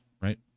right